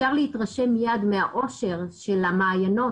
אפשר להתרשם מיד מהעושר של המעיינות,